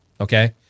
okay